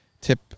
Tip